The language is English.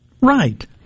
Right